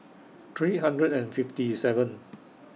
three hundred and fifty seven